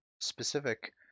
specific